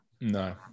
No